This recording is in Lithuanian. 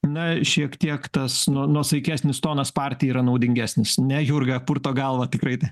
na šiek tiek tas nuo nuosaikesnis tonas partijai yra naudingesnis ne jurga purto galvą tikrai ne